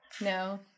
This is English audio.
No